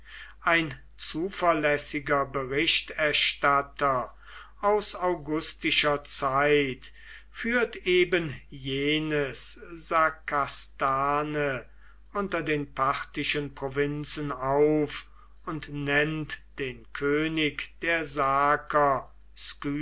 ein zuverlässiger berichterstatter aus augustischer zeit führt eben jenes sakastane unter den parthischen provinzen auf und nennt den könig der